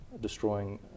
destroying